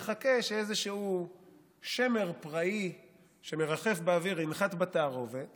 מחכה שאיזשהו שמר פראי שמרחף באוויר ינחת בתערובת